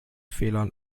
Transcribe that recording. fehlern